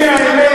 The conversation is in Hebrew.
הנה האמת,